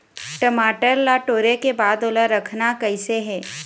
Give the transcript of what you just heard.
टमाटर ला टोरे के बाद ओला रखना कइसे हे?